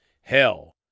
hell